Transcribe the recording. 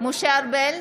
משה ארבל,